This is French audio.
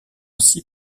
six